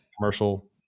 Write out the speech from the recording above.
commercial